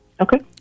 okay